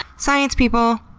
science people,